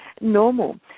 Normal